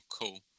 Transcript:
cool